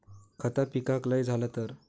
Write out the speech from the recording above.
खता पिकाक लय झाला तर?